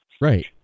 Right